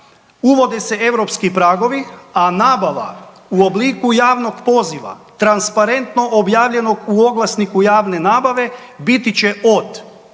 uvode se europski pragovi, a nabava u obliku javnog poziva transparentno objavljenog u oglasniku javne nabave biti će od